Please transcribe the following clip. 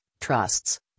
trusts